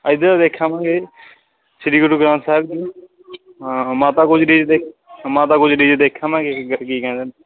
ਇਧਰ ਦੇਖ ਆਵਾਂਗੇ ਸ੍ਰੀ ਗੁਰੂ ਗ੍ਰੰਥ ਸਾਹਿਬ ਹਾਂ ਮਾਤਾ ਗੁਜਰੀ ਜੀ ਦੇ ਮਾਤਾ ਗੁਜਰੀ ਜੀ ਦੇਖੇ ਆਵਾਂਗੇ ਕੀ ਕਹਿੰਦੇ